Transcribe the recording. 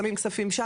שם,